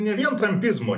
ne vien trampizmo